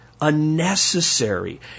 unnecessary